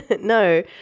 No